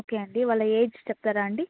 okay అండి వాళ్ళ age చెప్తారా అండి